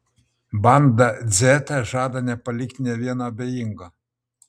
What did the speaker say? banda dzeta žada nepalikti nė vieno abejingo